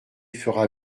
fera